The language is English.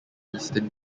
eastern